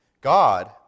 God